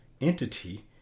entity